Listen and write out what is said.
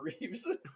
reeves